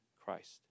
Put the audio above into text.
Christ